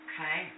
Okay